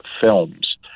films